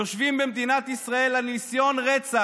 יושבים במדינת ישראל על ניסיון רצח,